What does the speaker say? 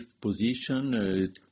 position